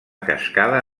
cascada